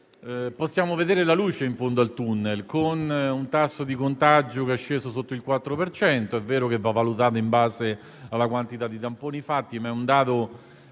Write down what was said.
possiamo vedere la luce in fondo al *tunnel*, con un tasso di contagio che è sceso sotto il 4 per cento (anche se è vero che va valutato in base alla quantità di tamponi fatti, ma è un dato